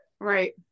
Right